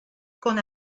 con